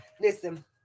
listen